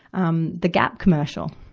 um, the gap commercial,